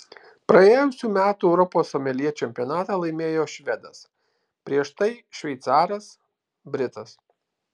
praėjusių metų europos someljė čempionatą laimėjo švedas prieš tai šveicaras britas